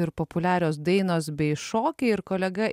ir populiarios dainos bei šokiai ir kolega